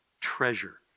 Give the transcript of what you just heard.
treasure